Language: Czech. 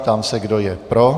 Ptám se, kdo je pro.